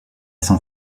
san